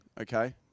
Okay